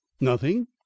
Nothing